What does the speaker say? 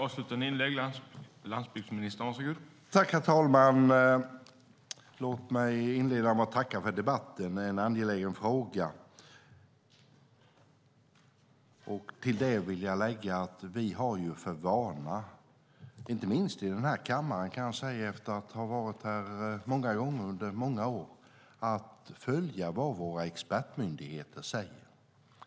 Herr talman! Låt mig inleda med att tacka för denna debatt i en angelägen fråga. Till det vill jag lägga att vi har för vana, inte minst i den här kammaren - jag har varit här i många år - att följa vad våra expertmyndigheter säger.